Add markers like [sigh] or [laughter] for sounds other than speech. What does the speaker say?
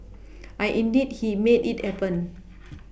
[noise] [noise] and indeed he made it happen [noise]